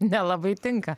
nelabai tinka